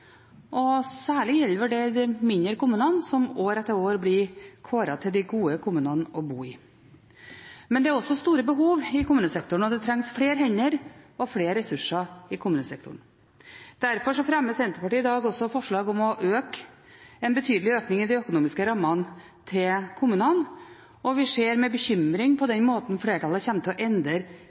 og særlig gjelder vel det de mindre kommunene som år etter år blir kåret til de gode kommunene å bo i. Men det er også store behov i kommunesektoren, og det trengs flere hender og flere ressurser. Derfor fremmer Senterpartiet i dag forslag om en betydelig økning i de økonomiske rammene til kommunene. Vi ser med bekymring på den måten flertallet kommer til å endre